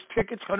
tickets